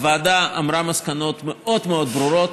הוועדה אמרה מסקנות מאוד מאוד ברורות.